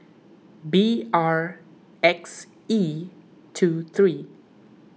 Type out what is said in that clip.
B R X E two three